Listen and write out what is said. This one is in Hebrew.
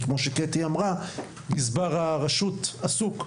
כפי שקטי אמרה: גזבר הרשות עסוק,